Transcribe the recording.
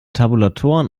tabulatoren